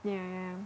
yeah